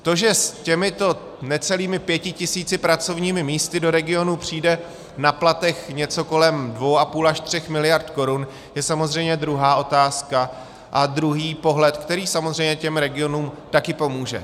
To, že s těmito necelými pěti tisíci pracovními místy do regionu přijde na platech něco kolem 2,5 až 3 miliard korun, je samozřejmě druhá otázka a druhý pohled, který samozřejmě těm regionům taky pomůže.